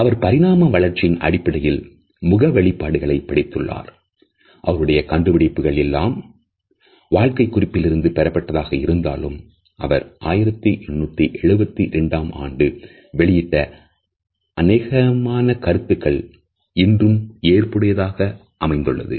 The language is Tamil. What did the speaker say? அவருடைய கண்டுபிடிப்புகள் எல்லாம் வாழ்க்கை குறிப்பிலிருந்து பெறப்பட்டதாக இருந்தாலும் அவர் 1872 ஆம் ஆண்டு வெளியிட்ட அனேகமான கருத்துக்கள் இன்றும் ஏற்புடையதாக அமைந்துள்ளது